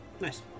Nice